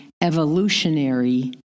evolutionary